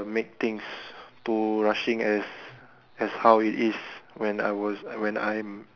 make things too rushing as as how it is when I was when I'm